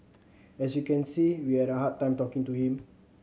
as you can see we had a hard time talking to him